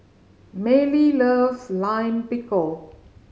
Mallie loves Lime Pickle